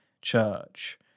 church